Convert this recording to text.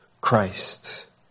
Christ